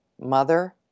mother